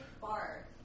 Bar